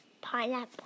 Pineapple